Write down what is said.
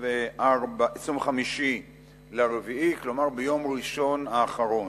25 באפריל, כלומר ביום ראשון האחרון.